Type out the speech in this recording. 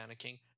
panicking